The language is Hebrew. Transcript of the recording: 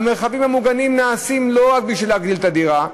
המרחבים המוגנים נבנים לא רק בשביל להגדיל את הדירה,